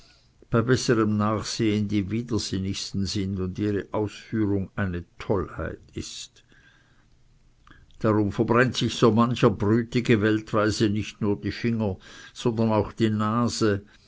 besserem nachsehen die widersinnigsten sind und ihre ausführung eine tollheit ist darum verbrennt sich so mancher brütige weltweise nicht nur die finger sondern auch die nase